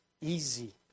easy